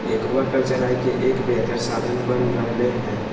aquaculture आय के एक बेहतर साधन बन रहले है